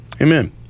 Amen